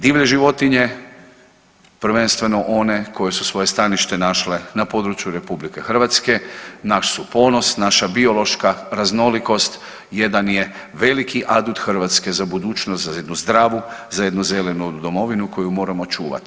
Divlje životinje prvenstveno one koje su svoje stanište naše na području RH naš su ponos, naša biološka raznolikost, jedan je veliki adut Hrvatske za budućnost, za jednu zdravu, za jednu zelenu domovinu koju moramo čuvati.